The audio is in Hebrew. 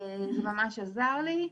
וזה ממש עזר לי.